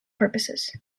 purposes